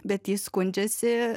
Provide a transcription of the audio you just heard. bet jis skundžiasi